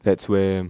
that's where